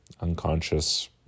unconscious